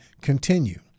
continue